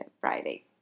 Friday